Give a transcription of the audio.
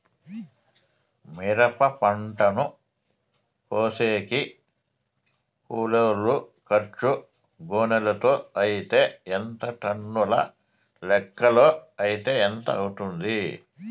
మిరప పంటను కోసేకి కూలోల్ల ఖర్చు గోనెలతో అయితే ఎంత టన్నుల లెక్కలో అయితే ఎంత అవుతుంది?